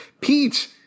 Pete